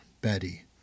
Betty